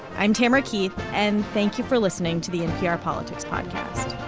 i'm tamara keith, and thank you for listening to the npr politics podcast